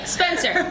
Spencer